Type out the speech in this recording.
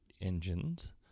engines